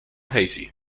hazy